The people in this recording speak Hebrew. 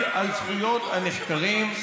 על זכויות הנחקרים.